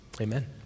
Amen